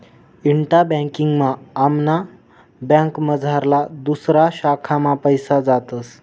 इंटा banking मा आमना बँकमझारला दुसऱा शाखा मा पैसा जातस